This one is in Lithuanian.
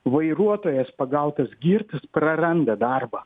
vairuotojas pagautas girtas praranda darbą